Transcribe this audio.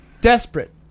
Desperate